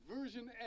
version